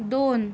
दोन